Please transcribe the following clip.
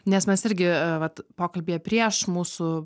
nes mes irgi vat pokalbyje prieš mūsų